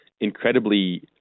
incredibly